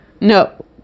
No